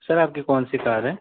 سر آپ کی کون سی کار ہے